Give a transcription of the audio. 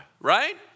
right